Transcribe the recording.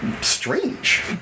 strange